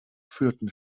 führten